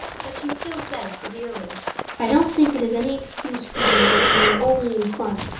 but she still said severely i don't think it is any excuse for you that you were only in fun.